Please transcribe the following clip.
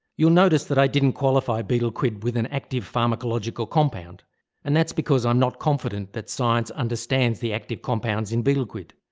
you'll notice that i didn't qualify betel quid with an active pharmacological compound and that's because i'm not confident that science understands the active compounds in betel quid.